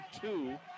two